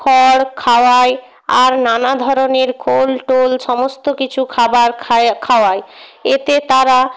খড় খাওয়ায় আর নানা ধরনের খোল টোল সমস্ত কিছু খাবার খাওয়ায় এতে তারা